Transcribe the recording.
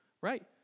right